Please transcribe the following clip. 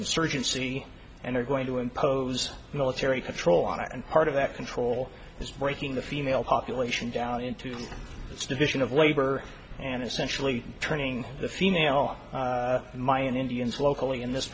insurgency and they're going to impose military control on it and part of that control is breaking the female population down into its division of labor and essentially turning the female my and indians locally in this